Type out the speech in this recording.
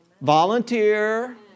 volunteer